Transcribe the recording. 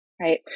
Right